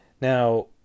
Now